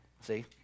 See